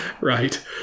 Right